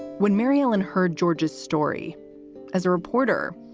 when mary-ellen heard georgias story as a reporter,